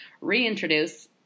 reintroduce